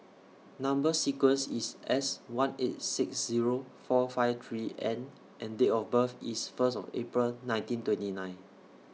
Number sequence IS S one eight six Zero four five three N and Date of birth IS First of April nineteen twenty nine